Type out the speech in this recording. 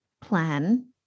plan